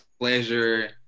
pleasure